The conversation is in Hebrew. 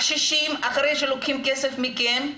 הקשישים אחרי שלוקחים כסף מכם,